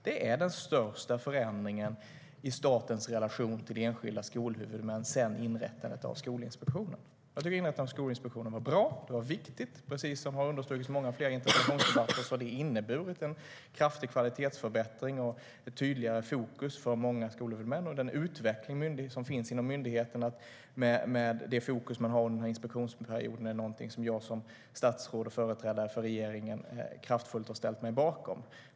Det är den största förändringen i statens relation till enskilda skolhuvudmän sedan inrättandet av Skolinspektionen. Jag tycker att inrättandet av Skolinspektionen var bra, och det var viktigt. Precis som har understrukits i många interpellationsdebatter har det inneburit en kraftig kvalitetsförbättring och tydligare fokus för många skolhuvudmän. Den utveckling som finns inom myndigheten med det fokus man har och den inspektion man gör är något som jag som statsråd och företrädare för regeringen kraftfullt har ställt mig bakom.